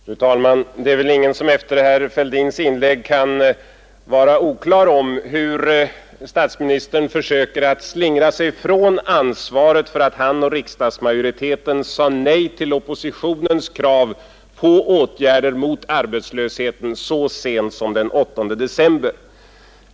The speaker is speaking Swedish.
Fru talman! Det är väl ingen som efter herr Fälldins inlägg kan vara oviss om hur statsministern försöker att slingra sig från ansvaret för att han och riksdagsmajoriteten sade nej till oppositionens krav på åtgärder mot arbetslösheten så sent som den 8 december i fjol.